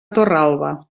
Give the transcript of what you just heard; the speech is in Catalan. torralba